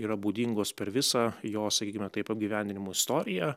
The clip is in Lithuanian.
yra būdingos per visą jos sakykime taip apgyvendinimo istoriją